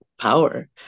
power